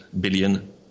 billion